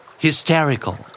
Hysterical